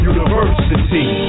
University